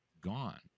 gone